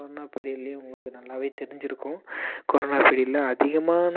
corona பீரியடில் உங்களுக்கு நல்லா தெரிஞ்சிருக்கும் கொரோனா பீரியடில் அதிகமான